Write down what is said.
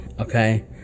Okay